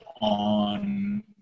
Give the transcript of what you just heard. on